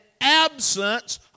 absence